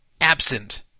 absent